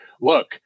look